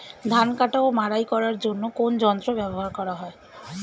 ধান কাটা ও মাড়াই করার জন্য কোন যন্ত্র ব্যবহার করা হয়?